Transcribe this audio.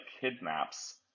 kidnaps